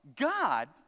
God